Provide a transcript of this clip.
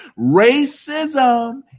Racism